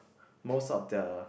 most of the